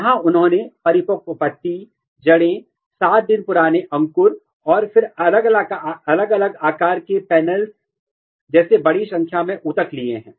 यहां उन्होंने परिपक्व पत्ती जड़ें 7 दिन पुराने अंकुर और फिर अलग अलग आकार के पैनल्स जैसे बड़ी संख्या में ऊतक लिए हैं